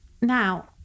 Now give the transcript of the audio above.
Now